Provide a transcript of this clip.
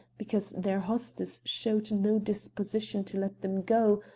because their hostess showed no disposition to let them go,